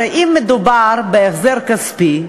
הרי אם מדובר בהחזר כספי,